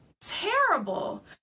terrible